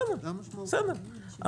בסדר.